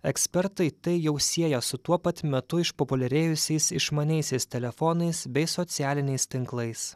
ekspertai tai jau sieja su tuo pat metu išpopuliarėjusiais išmaniaisiais telefonais bei socialiniais tinklais